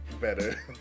better